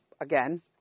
again